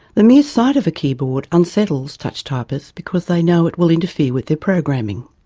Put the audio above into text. the mere sight of a keyboard unsettles touch typists because they know it will interfere with their programming.